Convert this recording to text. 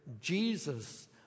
Jesus